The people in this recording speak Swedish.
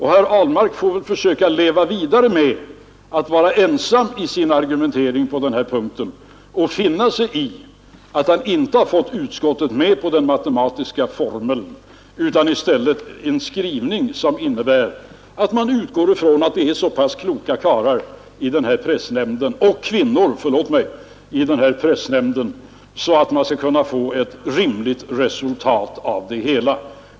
Herr Ahlmark får väl leva vidare med vissheten att vara ensam i sin argumentering på den punkten och försöka finna sig i att han inte har fått utskottet att gå med på den matematiska formeln, utan att det i stället blivit en skrivning som innebär att man utgår ifrån att det finns så kloka karlar — och kvinnor — i pressnämnden att man bör kunna vänta sig ett rimligt resultat.